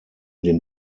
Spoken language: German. den